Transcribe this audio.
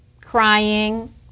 crying